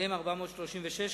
מ/436,